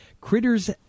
Critter's